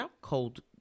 cold